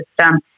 system